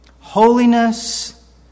Holiness